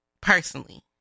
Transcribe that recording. personally